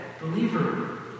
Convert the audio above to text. believer